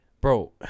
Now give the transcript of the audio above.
Bro